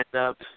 up